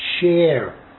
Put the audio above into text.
share